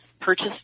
purchase